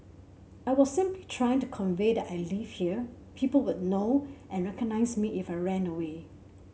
I was simply trying to convey that I lived here people would know and recognise me if I ran away